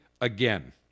again